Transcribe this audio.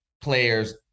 players